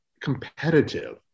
competitive